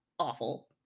awful